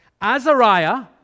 Azariah